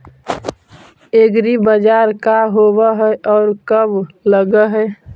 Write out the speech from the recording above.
एग्रीबाजार का होब हइ और कब लग है?